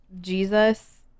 Jesus